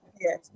Yes